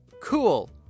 cool